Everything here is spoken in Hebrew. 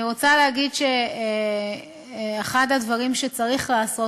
אני רוצה להגיד שאחד הדברים שצריך לעשות,